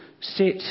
sit